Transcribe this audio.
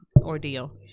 ordeal